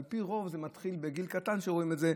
על פי רוב זה מתחיל בגיל קטן שרואים את זה.